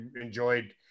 enjoyed